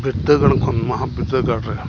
ᱵᱤᱫᱽᱫᱟᱹᱜᱟᱲ ᱠᱷᱚᱱ ᱢᱚᱦᱟ ᱵᱤᱫᱽᱫᱟᱹᱜᱟᱲ ᱨᱮ